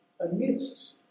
amidst